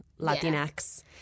Latinx